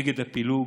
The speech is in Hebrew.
נגד הפילוג.